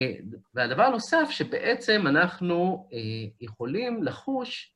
והדבר נוסף שבעצם אנחנו יכולים לחוש,